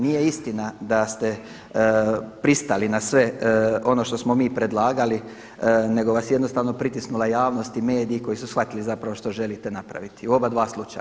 Nije istina da ste pristali na sve ono što smo mi predlagali nego vas je jednostavno pritisnula javnost i mediji koji su shvatili zapravo što želite napraviti, u oba dva slučaja.